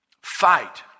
fight